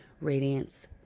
Radiance